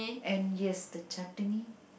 and yes the chutney